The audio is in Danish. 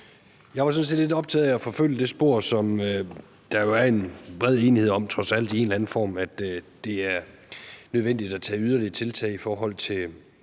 Jeg er sådan set lidt optaget af at forfølge det spor, som der jo trods alt er en bred enighed om i en eller anden form, nemlig at det er nødvendigt at tage yderligere tiltag i forhold til